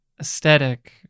aesthetic